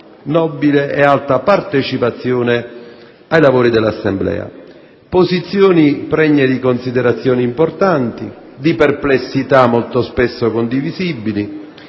nobile e alta partecipazione ai lavori dell'Assemblea. Posizioni pregne di considerazioni importanti, di perplessità molto spesso condivisibili,